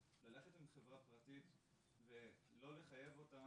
ללכת עם חברה פרטית ולא לחייב אותה